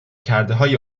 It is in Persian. کردههای